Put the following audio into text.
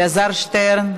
אלעזר שטרן,